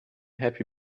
happy